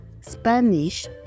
Spanish